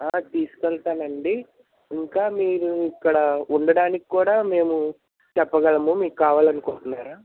తీసుకు వెళ్తానండి ఇంకా మీరు ఇక్కడ ఉండటానికి కూడా మేము చెప్పగలము మీకు కావాలని అనుకుంటున్నారా